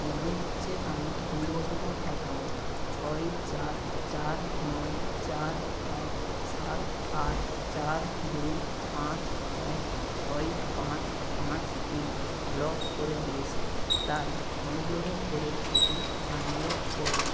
মনে হচ্ছে আমি ভুলবশত অ্যাকাউন্ট ছয় চার চার নয় চার এক সাত আট চার দুই পাঁচ এক ছয় পাঁচ পাঁচ তিন ব্লক করে দিয়েছি তাই অনুগ্রহ করে এটি আনব্লক করুন